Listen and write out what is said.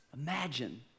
Imagine